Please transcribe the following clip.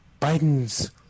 Biden's